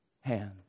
hand